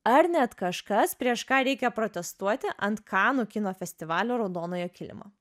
ar net kažkas prieš ką reikia protestuoti ant kanų kino festivalio raudonojo kilimo